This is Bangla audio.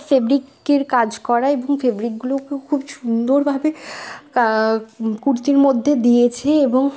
ফেবরিকের কাজ করা এবং ফেবরিকগুলোও খুব খুব সুন্দরভাবে কা কুর্তির মধ্যে দিয়েছে এবং